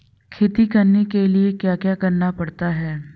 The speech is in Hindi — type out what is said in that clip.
खेती करने के लिए क्या क्या करना पड़ता है?